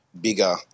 bigger